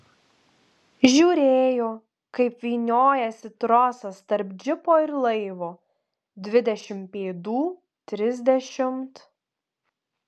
žiūrėjo kaip vyniojasi trosas tarp džipo ir laivo dvidešimt pėdų trisdešimt